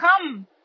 come